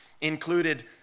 included